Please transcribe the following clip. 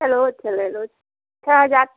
चलो अच्छा ले लो छ हजार